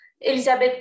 Elisabeth